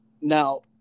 Now